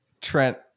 Trent